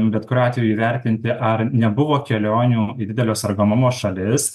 bet kuriuo atveju įvertinti ar nebuvo kelionių į didelio sergamumo šalis